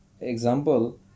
example